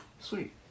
sweet